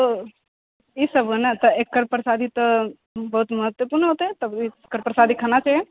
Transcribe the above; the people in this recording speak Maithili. तऽ ई सब बनै तऽ एकर प्रसादी तऽ बहुत महत्वपूर्ण होतै तब एकर प्रसादी खाना चाही